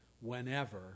whenever